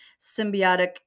Symbiotic